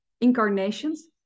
incarnations